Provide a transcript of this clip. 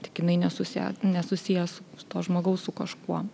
tik jinai nesuse nesusija su to žmogaus su kažkuo